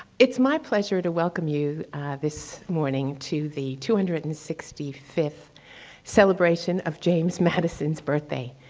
it's my pleasure to welcome you this morning to the two hundred and sixty fifth celebration of james madison's birthday.